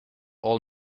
all